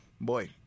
boy